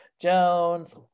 Jones